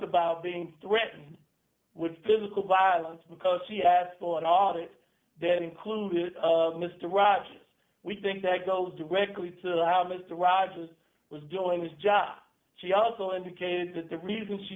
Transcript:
about being threatened with physical violence because she asked for an audit that included mr rogers we think that goes directly to how mr rogers was doing his job she also indicated that the reason she